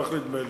כך נדמה לי.